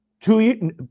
Two